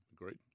Agreed